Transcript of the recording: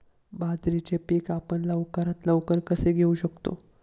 बाजरीचे पीक आपण लवकरात लवकर कसे घेऊ शकतो?